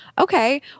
okay